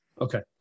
Okay